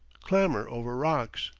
clamber over rocks,